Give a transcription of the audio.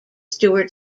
stewart